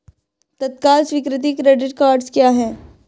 तत्काल स्वीकृति credit cards क्या हैं?